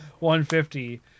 150